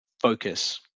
focus